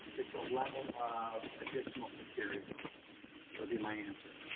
it's a level of additional security would be my answer.